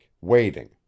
waiting